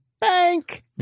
bank